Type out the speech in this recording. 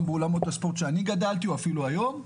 באולמות הספורט שאני גדלתי בהם או אפילו היום,